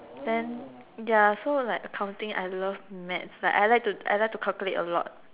then ya so like accounting I love maths I like to I like to calculate a lot